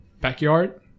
backyard